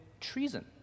treason